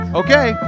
okay